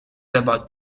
about